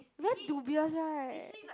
very dubious right